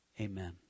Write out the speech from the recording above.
Amen